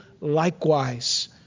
likewise